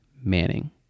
Manning